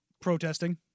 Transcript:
protesting